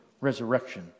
resurrection